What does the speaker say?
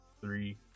three